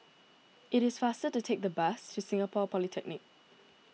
it is faster to take the bus to Singapore Polytechnic